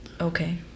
Okay